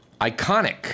iconic